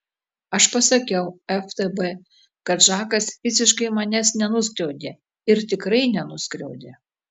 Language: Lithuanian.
aš pasakiau ftb kad žakas fiziškai manęs nenuskriaudė ir tikrai nenuskriaudė